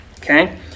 Okay